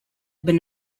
been